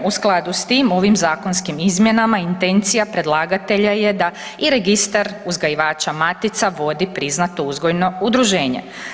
U skladu s tim ovim zakonskim izmjenama intencija predlagatelja je da i registar uzgajivača matica vodi priznato uzgojno udruženje.